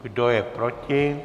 Kdo je proti?